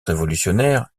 révolutionnaire